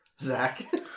Zach